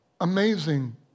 Amazing